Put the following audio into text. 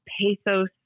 pathos